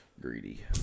greedy